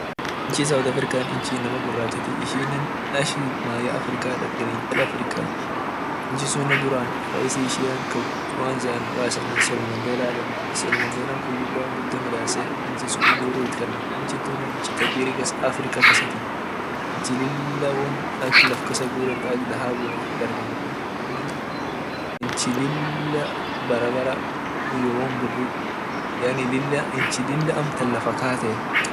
Inchi south africa inama gurachatii ishine mayye africat dargeni inchi sunne duran rais ishia kaa kwanza maqa isa nelson mandel yedenii nelson mandela kun lila won guda midase inchi uhuru itkanne inchi tunne inchi africa kasatii inchi won ak lafkagure ak dahabu irit dargenu inchi lila barabara yaani inchi amtan lafakatee.